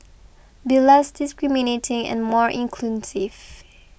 be less discriminating and more inclusive